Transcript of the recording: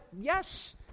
Yes